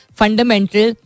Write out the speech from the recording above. fundamental